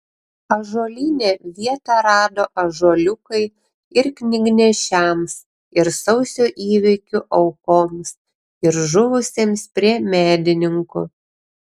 ąžuolyne vietą rado ąžuoliukai ir knygnešiams ir sausio įvykių aukoms ir žuvusiems prie medininkų